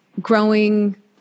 growing